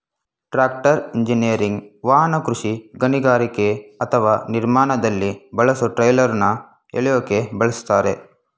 tractor engineering ವಾಹನ ಕೃಷಿ ಗಣಿಗಾರಿಕೆ ಅಥವಾ ನಿರ್ಮಾಣದಲ್ಲಿ ಬಳಸೊ ಟ್ರೈಲರ್ನ ಎಳ್ಯೋಕೆ ಬಳುಸ್ತರೆ